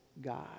God